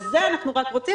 בזה אנחנו רוצים